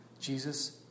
Jesus